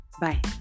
Bye